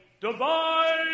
divide